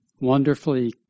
wonderfully